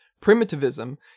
Primitivism